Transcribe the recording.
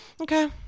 Okay